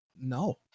no